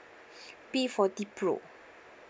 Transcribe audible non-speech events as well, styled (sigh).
(breath) P forty pro